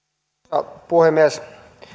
arvoisa puhemies